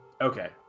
Okay